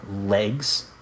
legs